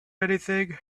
anything